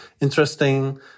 interesting